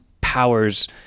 powers